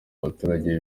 baturage